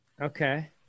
Okay